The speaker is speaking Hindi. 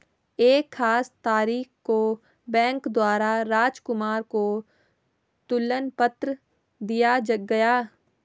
एक खास तारीख को बैंक द्वारा राजकुमार को तुलन पत्र दिया गया